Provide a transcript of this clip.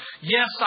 Yes